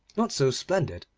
not so splendid,